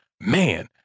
man